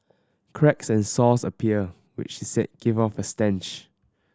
cracks and sores appear which she said give off a stench